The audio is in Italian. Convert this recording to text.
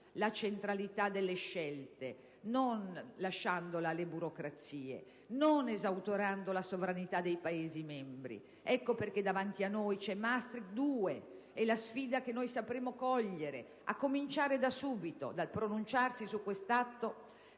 la centralità delle scelte, non lasciandola alle burocrazie e non esautorando la sovranità dei Paesi membri. Ecco perché davanti a noi c'è Maastricht 2, e la sfida che sapremo cogliere a cominciare da subito, dal pronunciarsi su questo atto